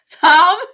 Tom